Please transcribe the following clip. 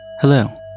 Hello